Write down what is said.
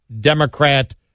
Democrat